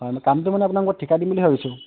হয় মই কাম মানে আপোনোক মই ঠিকা দিম বুলি ভাবিছোঁ